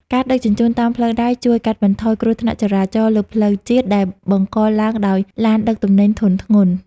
ការដឹកជញ្ជូនតាមផ្លូវដែកជួយកាត់បន្ថយគ្រោះថ្នាក់ចរាចរណ៍លើផ្លូវជាតិ ដែលបង្កឡើងដោយឡានដឹកទំនិញធុនធ្ងន់។